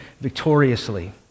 victoriously